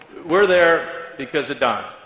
we're there because of don.